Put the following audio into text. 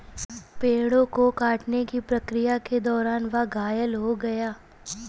पेड़ों को काटने की प्रक्रिया के दौरान वह घायल हो गया